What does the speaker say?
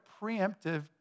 preemptive